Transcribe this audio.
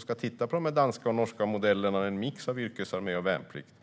ska titta på de danska och norska modellerna och på en mix av yrkesarmé och värnplikt.